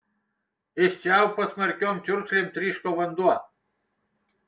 iš čiaupo smarkiom čiurkšlėm tryško vanduo